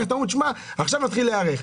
כך אתם אומרים: עכשיו נתחיל להיערך.